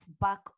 back